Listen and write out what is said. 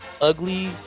ugly